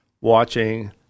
watching